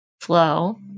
flow